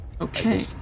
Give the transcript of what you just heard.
Okay